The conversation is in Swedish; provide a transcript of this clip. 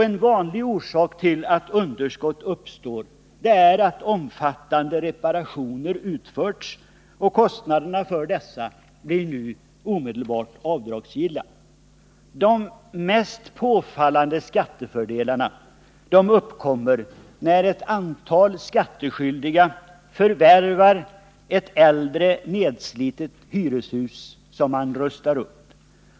En vanlig orsak till att underskott uppstår är att omfattande reparationer har utförts, och kostnaderna för dessa är omedelbart avdragsgilla. De mest påfallande skattefördelarna uppkommer när ett antal skattskyldiga förvärvar ett äldre, nedslitet hyreshus som rustas upp.